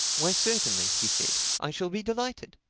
why certainly, he said, i shall be delighted.